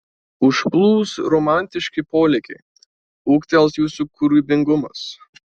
užplūs romantiški polėkiai ūgtels jūsų kūrybingumas